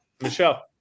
Michelle